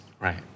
Right